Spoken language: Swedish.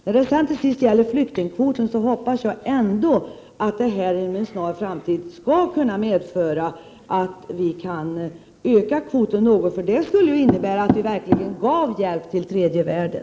När det till sist gäller flyktingkvoten hoppas jag ändå att det inom en snar framtid skall innebära att Sverige kan öka kvoten något. Det skulle ju innebära att Sverige verkligen gav hjälp till tredje världen.